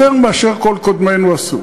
יותר מאשר כל קודמינו עשו.